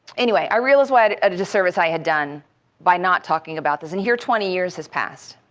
anyway, i realized what a disservice i had done by not talking about this. and here twenty years has passed.